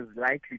likely